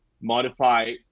modify